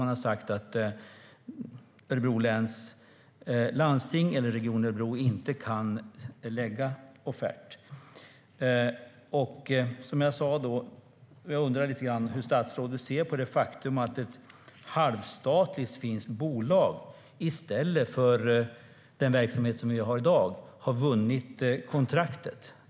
Man har sagt att Örebro läns landsting, eller Region Örebro län, inte kan lägga fram en offert. Jag undrar lite grann hur statsrådet ser på det faktum att ett halvstatligt finskt bolag i stället för den verksamhet som vi har i dag har vunnit kontraktet.